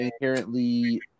inherently